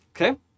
Okay